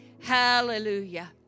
Hallelujah